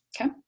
Okay